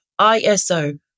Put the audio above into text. ISO